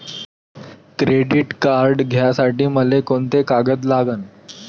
Credit card घ्यासाठी मले कोंते कागद लागन?